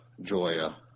Joya